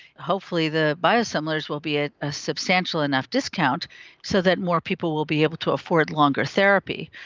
hopefully the biosimilars will be at a substantial enough discount so that more people will be able to afford longer therapy.